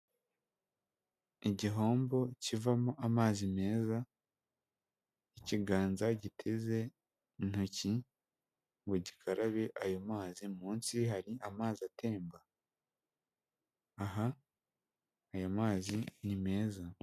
Igihombo kivamo amazi meza, ikiganza giteze intoki ngo gikarabe ayo mazil munsi hari amazi atemba. Aha aya mazi ni meza.